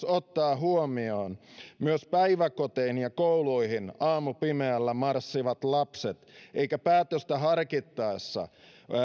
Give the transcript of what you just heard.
ottaa huomioon myös päiväkoteihin ja kouluihin aamupimeällä marssivat lapset eikä päätöstä harkittaessa